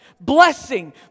Blessing